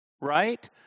right